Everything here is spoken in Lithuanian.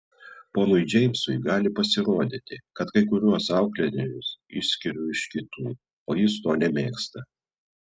ponui džeimsui gali pasirodyti kad kai kuriuos auklėtinius išskiriu iš kitų o jis to nemėgsta